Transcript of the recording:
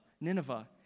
Nineveh